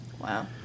Wow